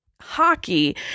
hockey